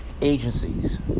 agencies